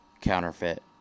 counterfeit